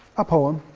a poem.